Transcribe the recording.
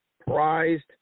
Prized